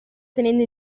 tenendo